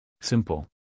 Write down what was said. Simple